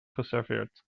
geserveerd